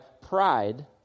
pride